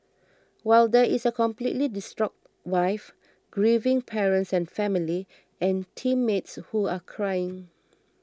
while there is a completely distraught wife grieving parents and family and teammates who are crying